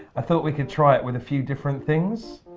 i thought we could try it with a few different things,